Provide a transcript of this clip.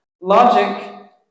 logic